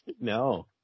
No